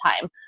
time